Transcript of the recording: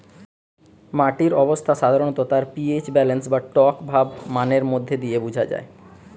মাটির অবস্থা সাধারণত তার পি.এইচ ব্যালেন্স বা টকভাব মানের মধ্যে দিয়ে বুঝা যায়